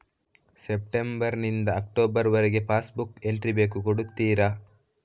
September ನಿಂದ October ವರಗೆ pass book entry ಬೇಕು ಕೊಡುತ್ತೀರಾ?